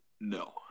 no